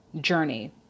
journey